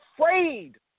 afraid